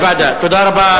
תודה רבה.